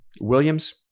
Williams